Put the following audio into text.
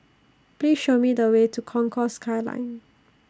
Please Show Me The Way to Concourse Skyline